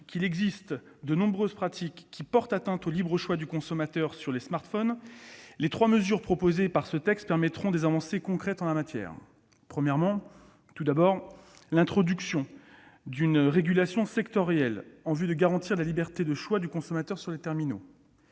qu'il existe de nombreuses pratiques qui portent atteinte au libre choix du consommateur sur les smartphones, les trois mesures proposées permettront des avancées concrètes en la matière. Tout d'abord, il s'agit d'introduire une régulation sectorielle en vue d'assurer la liberté de choix du consommateur sur les terminaux.